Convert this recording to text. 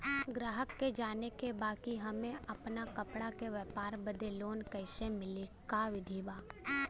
गराहक के जाने के बा कि हमे अपना कपड़ा के व्यापार बदे लोन कैसे मिली का विधि बा?